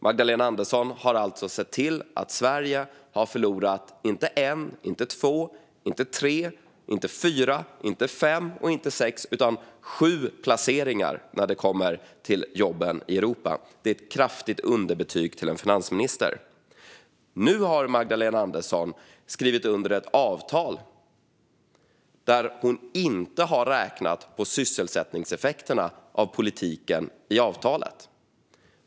Magdalena Andersson har alltså sett till att Sverige har förlorat inte en, inte två, inte tre, inte fyra, inte fem och inte sex, utan sju placeringar när det gäller jobben i Europa. Det är ett kraftigt underbetyg till en finansminister. Nu har Magdalena Andersson skrivit under ett avtal, och hon har inte räknat på sysselsättningseffekterna av politiken i avtalet.